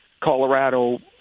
Colorado